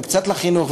וקצת לחינוך,